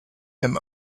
him